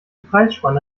preisspanne